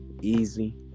easy